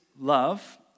love